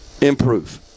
improve